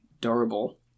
durable